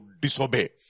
disobey